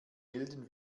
milden